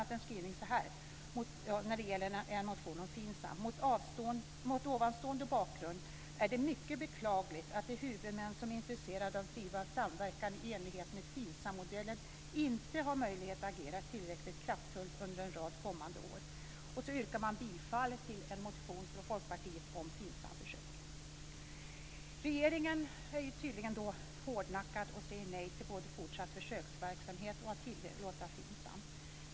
Landstingsförbundets styrelse ställer sig bakom denna skrivning: "Mot ovanstående bakgrund är det mycket beklagligt att de huvudmän som är intresserade av att driva samverkan i enlighet med FINSAM-modellen inte har möjlighet att agera tillräckligt kraftfullt under en rad kommande år". Så yrkar man bifall till en motion från Folkpartiet om Regeringen är tydligen hårdnackad och säger nej till både fortsatt försöksverksamhet och till att tillåta FINSAM.